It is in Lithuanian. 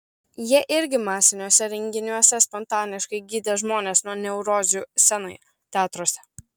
jie irgi masiniuose renginiuose spontaniškai gydė žmonės nuo neurozių scenoje teatruose